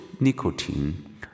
Nicotine